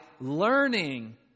learning